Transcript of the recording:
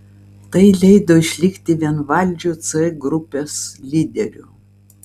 tai leido išlikti vienvaldžiu c grupės lyderiu